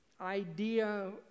idea